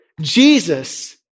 Jesus